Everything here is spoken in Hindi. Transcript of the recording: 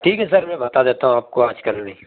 ठीक है सर मैं बता देता हूँ आपको आजकल में